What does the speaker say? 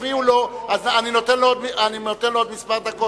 לחבר הכנסת בוים הפריעו אז אני נותן לו עוד כמה דקות.